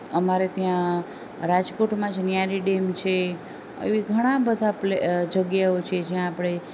અમારે ત્યાં રાજકોટમાં જ ન્યારી ડેમ છે એવી ઘણી બધી જગ્યાઓ છે જયાં આપણે